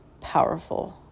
powerful